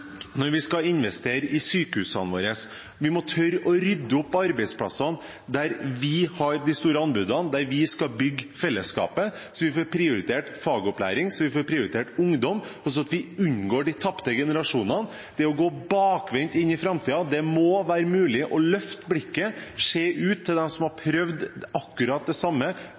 når vi skal investere i sykehusene våre. Vi må tørre å rydde opp på de arbeidsplassene hvor vi har de store anbudene, og hvor vi skal bygge fellesskapet, sånn at vi får prioritert fagopplæring og ungdom, sånn at vi unngår å få tapte generasjoner. Det er å gå bakvendt inn i framtiden. Det må være mulig å løfte blikket og se til dem som har prøvd akkurat det samme,